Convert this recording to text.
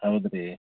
ಹೌದು ರೀ